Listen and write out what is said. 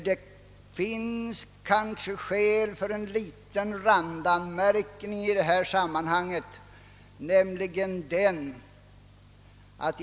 Det finns kanske skäl för en liten randanmärkning i detta sammanhang.